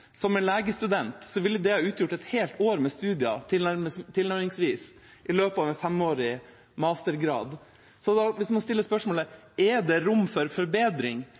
som en legestudent, ville det ha utgjort tilnærmet et helt år med studier i løpet av en femårig mastergrad. Så hvis man stiller spørsmålet om hvorvidt det er rom for forbedring,